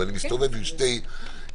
ואני מסתובב עם שתי חבילות,